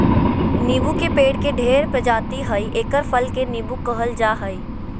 नीबू के पेड़ के ढेर प्रजाति हइ एकर फल के नीबू कहल जा हइ